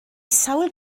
sawl